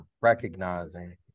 recognizing